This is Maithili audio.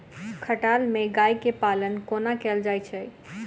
खटाल मे गाय केँ पालन कोना कैल जाय छै?